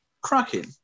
Cracking